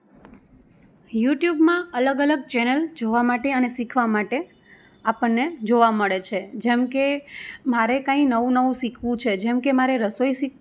યુટ્યુબમાં અલગ અલગ ચેનલ જોવા માટે અને શીખવા માટે આપણને જોવા મળે છે જેમકે મારેકંઈ નવું નવું શીખવું છે જેમકે મારે રસોઈ શી